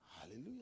Hallelujah